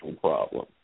problem